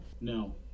no